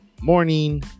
morning